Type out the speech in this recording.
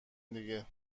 دیگه